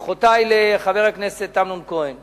ברכותי לחבר הכנסת אמנון כהן